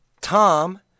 Tom